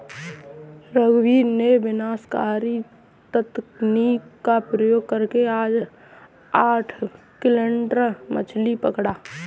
रघुवीर ने विनाशकारी तकनीक का प्रयोग करके आज आठ क्विंटल मछ्ली पकड़ा